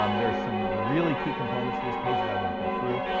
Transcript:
um there's some really key components to this page that i won't go through.